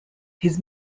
his